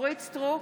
אורית סטרוק,